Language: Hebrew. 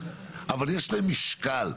אבל יש להם משקל,